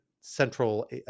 Central